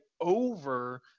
over